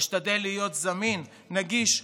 אשתדל להיות זמין ונגיש,